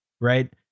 right